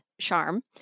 Charm